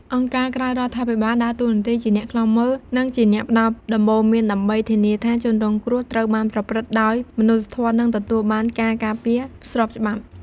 អង្គការក្រៅរដ្ឋាភិបាលដើរតួនាទីជាអ្នកឃ្លាំមើល និងជាអ្នកផ្ដល់ដំបូន្មាន ដើម្បីធានាថាជនរងគ្រោះត្រូវបានប្រព្រឹត្តដោយមនុស្សធម៌ និងទទួលបានការការពារស្របច្បាប់។